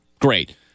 great